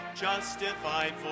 justified